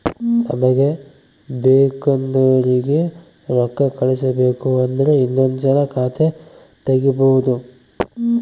ನಮಗೆ ಬೇಕೆಂದೋರಿಗೆ ರೋಕ್ಕಾ ಕಳಿಸಬೇಕು ಅಂದ್ರೆ ಇನ್ನೊಂದ್ಸಲ ಖಾತೆ ತಿಗಿಬಹ್ದ್ನೋಡು